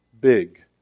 big